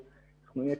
יעברו עוד שנים.